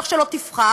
איך שלא תבחר,